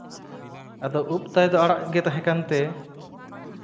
ᱟᱫᱚ ᱩᱵ ᱛᱟᱭᱫᱚ ᱟᱲᱟᱜ ᱜᱮ ᱛᱟᱦᱮᱸ ᱠᱟᱱᱛᱮ